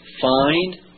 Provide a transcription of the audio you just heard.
find